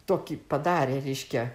tokį padarė reiškia